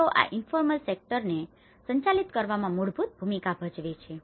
તેઓ આ ઇન્ફોર્મલ સેક્ટરને informal sector અનૌપચારિક ક્ષેત્ર સંચાલિત કરવામાં મૂળભૂત ભૂમિકા ભજવે છે